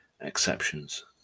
exceptions